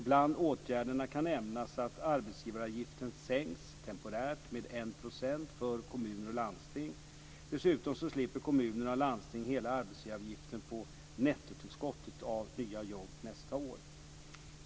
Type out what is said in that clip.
Bland åtgärderna kan nämnas att arbetsgivareavgifterna sänks temporärt med 1 % för kommuner och landsting. Dessutom slipper kommuner och landsting hela arbetsgivareavgiften på nettotillskottet av nya jobb nästa år.